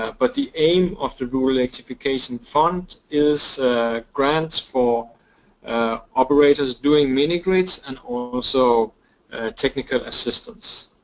ah but the aim of the rural electrification fund is a grant for operators doing mini-grids and also technical assistance.